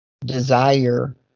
desire